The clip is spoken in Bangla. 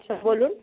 আচ্ছা বলুন